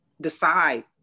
decide